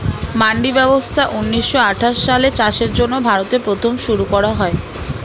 মান্ডি ব্যবস্থা ঊন্নিশো আঠাশ সালে চাষের জন্য ভারতে প্রথম শুরু করা হয়